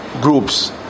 groups